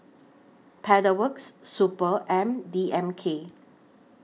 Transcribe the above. Pedal Works Super and D M K